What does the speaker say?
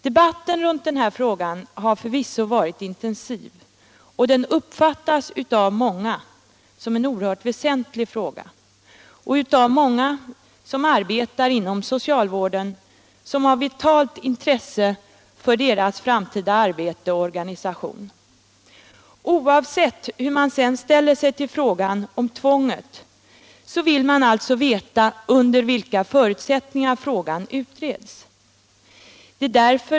Debatten runt den här frågan har förvisso varit intensiv. Frågan uppfattas av många som oerhört väsentlig och av många som arbetar inom socialvården som av vitalt intresse för deras arbete och socialvårdens framtida organisation. Oavsett hur man sedan ställer sig till frågan om tvånget vill man alltså veta under vilka förutsättningar frågan utreds.